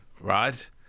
Right